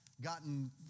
gotten